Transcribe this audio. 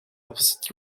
opposite